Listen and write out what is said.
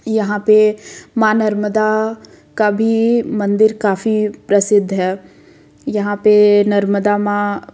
यहाँ पे माँ नर्मदा का भी मंदिर काफ़ी प्रसिद्ध है यहाँ पे नर्मदा माँ